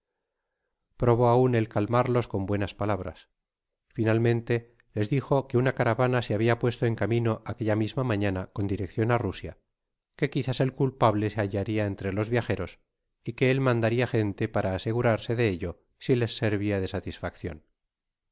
probó aun el cal marlos con buenas palabras finalmente les dio que una caravana se habia puesto en camino aquella misma maña na con direccion á rusia que quizás el culpable se hallaria entre los viajeros y que él mandaria gente para asegurarse de ello si les servia de satisfaccion